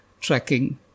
tracking